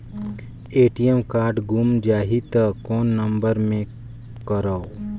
ATM card गुम जाही त कौन नम्बर मे करव?